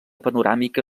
panoràmica